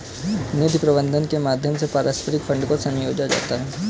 निधि प्रबन्धन के माध्यम से पारस्परिक फंड को संजोया जाता है